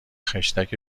خشتک